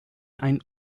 ein